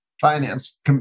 Finance